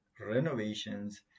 renovations